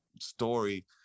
story